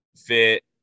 fit